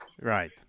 right